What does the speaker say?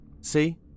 See